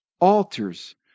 altars